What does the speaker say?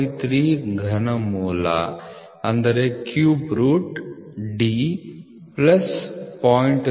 453 ಘನ ಮೂಲ D plus 0